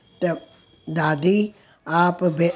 त दादी आप बे